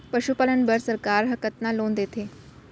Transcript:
पशुपालन बर सरकार ह कतना लोन देथे?